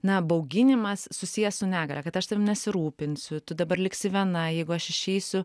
na bauginimas susiję su negalia kad aš tavim nesirūpinsiu tu dabar liksi viena jeigu aš išeisiu